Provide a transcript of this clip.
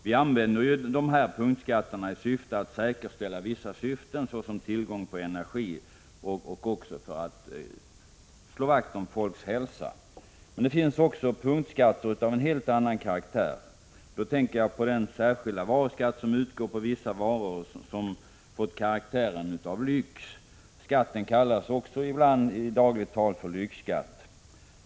Vi använder dessa punktskatter för att säkerställa vissa syften, såsom tillgång på energi, och även för att slå vakt om människors hälsa. Men det finns också punktskatter av en helt annan karaktär. Då tänker jag på den särskilda varuskatt som utgår på vissa varor som fått karaktären av lyx. Den kallas också ibland i dagligt tal för lyxskatt.